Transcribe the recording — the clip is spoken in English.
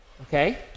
okay